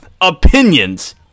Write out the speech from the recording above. opinions